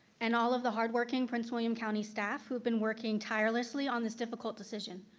and all of the hardworking prince william county staff, who've been working tirelessly on this difficult decision.